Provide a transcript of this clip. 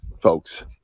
folks